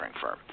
firm